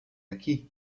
aqui